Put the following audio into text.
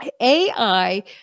AI